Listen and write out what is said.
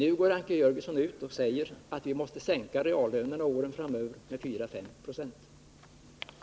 Nu går Anker Jörgensen ut och säger att reallönerna måste sänkas med 4-5 96 om året.